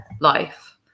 life